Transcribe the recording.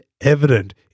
evident